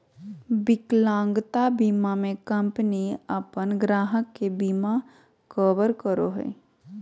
विकलांगता बीमा में कंपनी अपन ग्राहक के बिमा कवर करो हइ